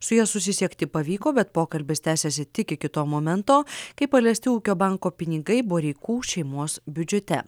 su ja susisiekti pavyko bet pokalbis tęsėsi tik iki to momento kai paliesti ūkio banko pinigai boreikų šeimos biudžete